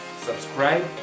Subscribe